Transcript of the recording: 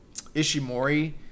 Ishimori